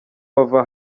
bava